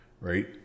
right